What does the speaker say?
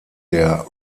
der